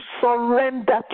surrender